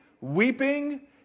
weeping